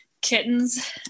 kittens